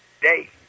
day